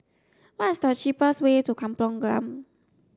what is the cheapest way to Kampong Glam